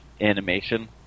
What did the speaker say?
animation